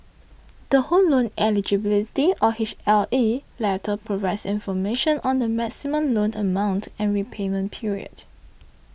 the Home Loan Eligibility or H L E letter provides information on the maximum loan amount and repayment period